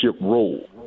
role